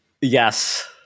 Yes